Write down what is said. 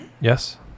Yes